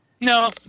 no